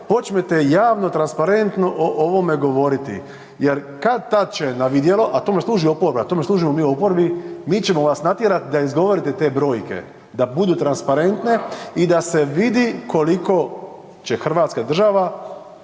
počnete javno transparentno o ovome govoriti jer kad-tad će na vidjelo, a tome služi oporba, tome služimo mi u oporbi, mi ćemo vas natjerat da izgovorite te brojke, da budu transparentne i da se vidi koliko će hrvatska država